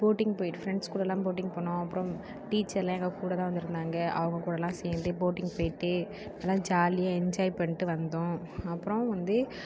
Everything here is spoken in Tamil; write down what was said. போட்டிங் போய்ட்டு ஃப்ரெண்ட்ஸ் கூட எல்லாம் போட்டிங் போனோம் அப்றம் டீச்சர்லாம் எங்கள் கூட தான் வந்திருந்தாங்க அவங்க கூட எல்லாம் சேர்ந்து போட்டிங் போய்ட்டு அதெல்லாம் ஜாலியாக என்ஜாய் பண்ணிட்டு வந்தோம் அப்றம் வந்து